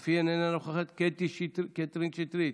אף היא איננה נוכחת, קטי קטרין שטרית,